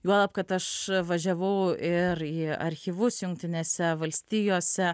juolab kad aš važiavau ir į archyvus jungtinėse valstijose